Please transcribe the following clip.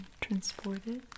transported